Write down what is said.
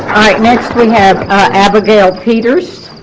alright next we have abigail peters